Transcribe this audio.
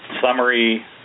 summary